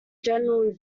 general